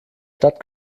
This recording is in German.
stadt